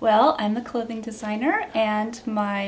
well i'm the clothing designer and my